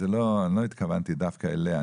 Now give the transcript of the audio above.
אני לא התכוונתי דווקא אליה,